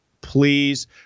please